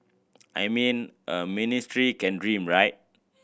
I mean a ministry can dream right